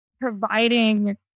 providing